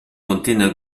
continue